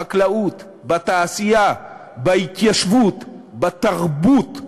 בחקלאות, בתעשייה, בהתיישבות, בתרבות.